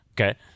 Okay